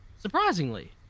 Surprisingly